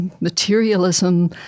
Materialism